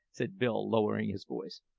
said bill, lowering his voice,